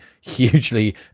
hugely